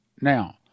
Now